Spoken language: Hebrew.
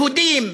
יהודים,